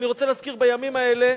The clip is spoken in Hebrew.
אני רוצה להזכיר שבימים האלה